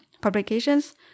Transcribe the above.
publications